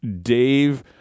Dave